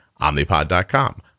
Omnipod.com